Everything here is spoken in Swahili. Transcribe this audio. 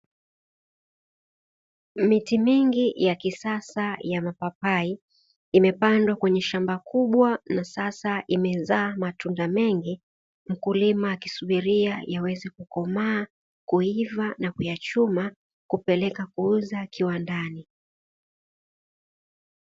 Miti mingi ya kisasa ya mapapai, imepandwa kwenye shamba kubwa na sasa imezaa matunda mengi, mkulima akisubiria yaweze kukomaa, kuiva na kuyachuma, kupeleka kuuza kiwandani.